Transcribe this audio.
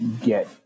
get